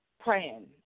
praying